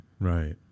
right